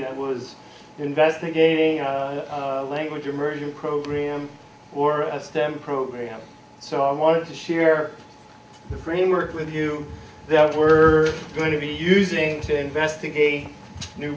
that was investigating a language immersion program or a stem program so i wanted to share the framework with you that we're going to be using to investigate new